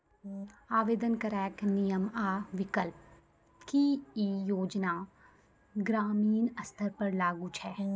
आवेदन करैक नियम आ विकल्प? की ई योजना ग्रामीण स्तर पर लागू छै?